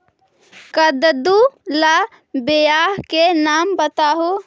कददु ला बियाह के नाम बताहु?